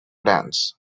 dance